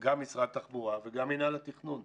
גם משרד התחבורה וגם מנהל התכנון.